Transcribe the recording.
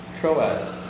Troas